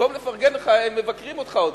במקום לפרגן לך הם מבקרים אותך עוד: